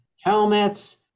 helmets